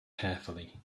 carefully